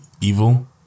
evil